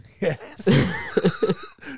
Yes